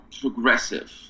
progressive